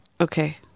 Okay